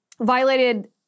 violated